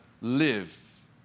live